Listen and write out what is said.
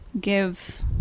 give